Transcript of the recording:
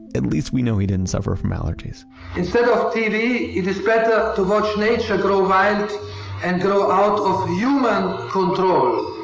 at least we know he didn't suffer from allergies instead of tv, it is better to watch nature grow wild and grow out of human control,